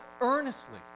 earnestly